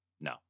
No